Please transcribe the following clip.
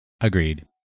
agreed